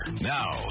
Now